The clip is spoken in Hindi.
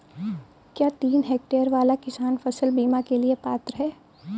क्या तीन हेक्टेयर वाला किसान फसल बीमा के लिए पात्र हैं?